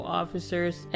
officers